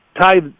tie